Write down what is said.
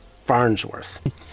Farnsworth